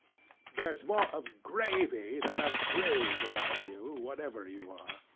there's more of gravy than of grave about you, whatever you are!